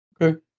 Okay